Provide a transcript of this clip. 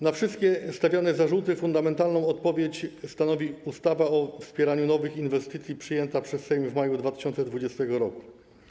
Na wszystkie stawiane zarzuty fundamentalną odpowiedź stanowi ustawa o wspieraniu nowych inwestycji przyjęta przez Sejm w maju 2020 r.